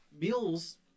meals